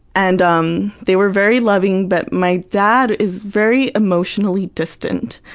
and um they were very loving, but my dad is very emotionally distant.